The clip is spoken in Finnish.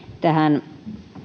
tähän